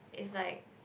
is like